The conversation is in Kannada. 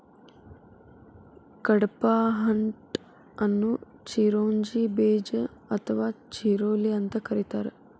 ಕಡ್ಪಾಹ್ನಟ್ ಅನ್ನು ಚಿರೋಂಜಿ ಬೇಜ ಅಥವಾ ಚಿರೋಲಿ ಅಂತ ಕರೇತಾರ